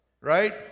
right